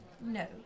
No